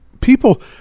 people